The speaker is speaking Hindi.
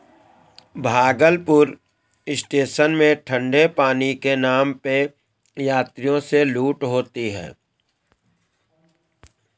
भागलपुर स्टेशन में ठंडे पानी के नाम पे यात्रियों से लूट होती है